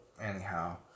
Anyhow